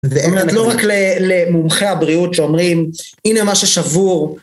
זאת אומרת לא רק למומחי הבריאות שאומרים הנה מה ששבור